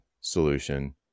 solution